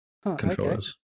controllers